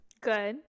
Good